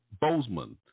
Bozeman